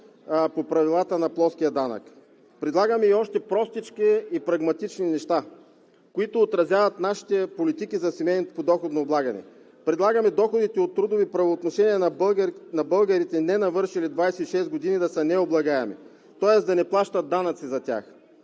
по правилата на плоския данък. Предлагаме и още простички и прагматични неща, които отразяват нашите политики за семейното подоходно облагане. Предлагаме доходите от трудови правоотношения на българите, ненавършили 26 години, да са необлагаеми, тоест да не плащат данъци за тях,